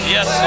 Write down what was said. Yes